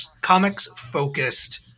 comics-focused